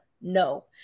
No